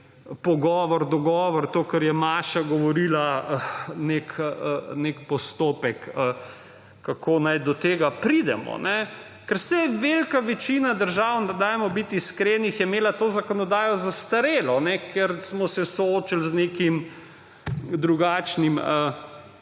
pogovor, dogovor, to, kar je Maša govorila, nek postopek, kako naj do tega pridemo. Saj je velika večina držav, dajmo biti iskreni, imela to zakonodajo zastarelo, ker smo se soočili z nekim drugačnim